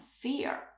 fear